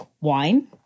wine